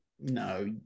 No